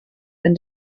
been